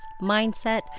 mindset